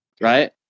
right